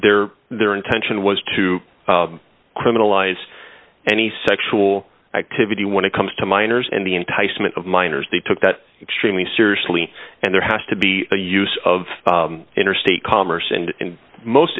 there their intention was to criminalize any sexual activity when it comes to minors and the enticement of minors they took that extremely seriously and there has to be the use of interstate commerce and in most